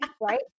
right